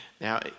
now